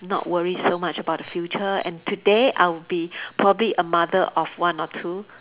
not worry so much the future and today I would be probably a mother of one or two